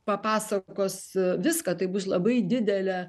papasakos viską tai bus labai didelė